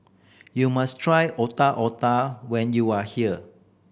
you must try Otak Otak when you are here